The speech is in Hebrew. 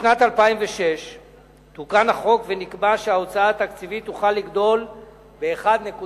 בשנת 2006 תוקן החוק ונקבע שההוצאה התקציבית תוכל לגדול ב-1.7%.